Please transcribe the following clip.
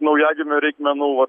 naujagimio reikmenų va